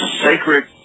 sacred